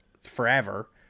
forever